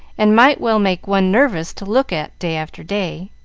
and might well make one nervous to look at day after day.